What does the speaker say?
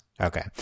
Okay